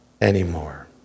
anymore